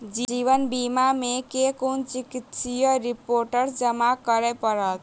जीवन बीमा मे केँ कुन चिकित्सीय रिपोर्टस जमा करै पड़त?